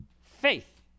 Faith